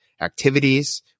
activities